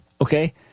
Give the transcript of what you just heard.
okay